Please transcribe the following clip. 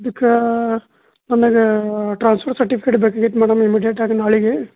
ಅದಕ್ಕೆ ನನಗೆ transfer certificate ಬೇಕಾಗಿತ್ತು ಮೇಡಮ್ ಇಮಿಡೇಟ್ ಆಗಿ ನಾಳಿಗೆ